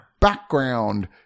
background